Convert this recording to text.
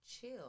chill